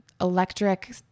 electric